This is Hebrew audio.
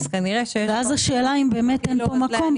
אז כנראה --- אז השאלה היא אם באמת אין כאן מקום.